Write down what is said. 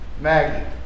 Maggie